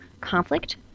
conflict